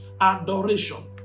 Adoration